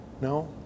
No